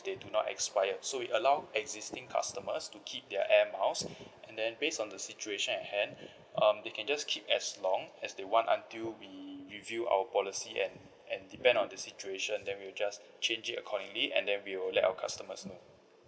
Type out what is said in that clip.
they do not expire so we allow existing customers to keep their airmiles and then based on the situation at hand um they can just keep as long as they want until we review our policy and and depend on the situation then we will just change it accordingly and then we will let our customers know